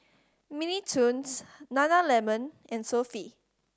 Mini Toons Nana Lemon and Sofy